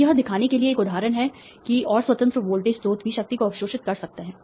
तो यह दिखाने के लिए एक उदाहरण है कि और स्वतंत्र वोल्टेज स्रोत भी शक्ति को अवशोषित कर सकता है